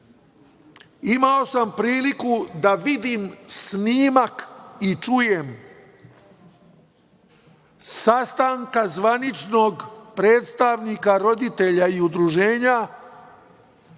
Imao sam priliku da vidim snimak i čujem, sastanka zvaničnog predstavnika roditelja i udruženja,